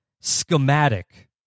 schematic